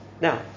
Now